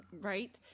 right